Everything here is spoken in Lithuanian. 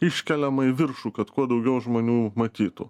iškeliama į viršų kad kuo daugiau žmonių matytų